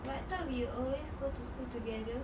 but I thought we always go to school together